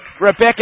Rebecca